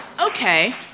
okay